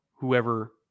whoever